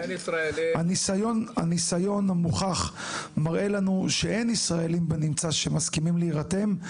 הניסיון המוכח מראה לנו שאין ישראלים בנמצא שמסכימים להירתם.